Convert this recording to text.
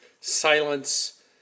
silence